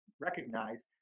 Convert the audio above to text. recognize